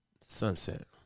Sunset